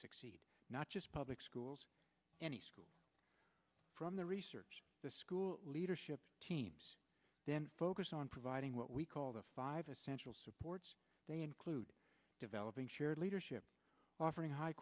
succeed not just public schools any schools from the research the school leadership teams then focus on providing what we call the five essential supports they include developing shared leadership offering high